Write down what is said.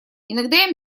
иногда